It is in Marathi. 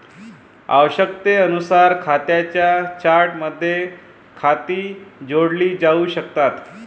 आवश्यकतेनुसार खात्यांच्या चार्टमध्ये खाती जोडली जाऊ शकतात